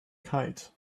kite